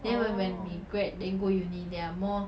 orh